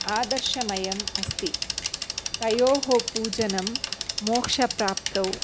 आदर्शमयम् अस्ति तयोः पूजनं मोक्षप्राप्तौ